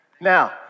Now